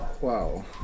Wow